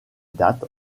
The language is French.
date